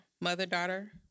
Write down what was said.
mother-daughter